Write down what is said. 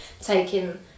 taking